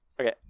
okay